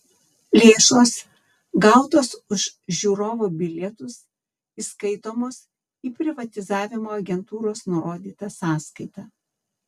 lėšos gautos už žiūrovo bilietus įskaitomos į privatizavimo agentūros nurodytą sąskaitą